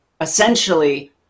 essentially